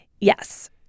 Yes